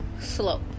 slope